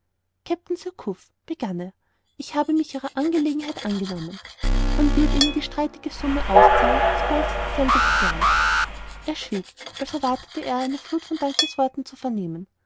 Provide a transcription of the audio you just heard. begann er ich habe mich ihrer angelegenheit angenommen man wird ihnen die streitige summe auszahlen sobald sie dieselbe begehren er schwieg als erwarte er eine fluth von dankesworten zu vernehmen